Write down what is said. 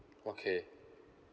okay